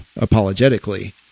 apologetically